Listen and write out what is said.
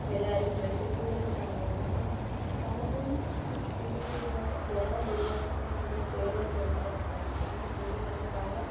എല്ലാരും മെഡിക്കൽ ഫീൾഡിലോട്ടാണ് പോകുന്നത് അപ്പം പലരും ചിന്തിക്കുന്നില്ല വേറെ തൊഴിലവസരങ്ങൾ നമ്മുടെ കേരളത്തിലുണ്ട് സർക്കാരിൻ്റെ കീഴിൽ തന്നെ പല